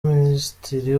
minisitiri